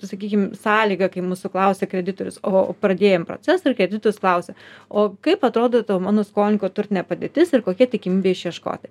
sakykim sąlyga kai mūsų klausė kreditorius o pradėjom procesą ir kreditorius klausia o kaip atrodytų mano skolininko turtinė padėtis ir kokia tikimybė išieškoti